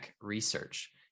Research